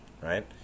Right